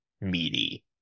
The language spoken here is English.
meaty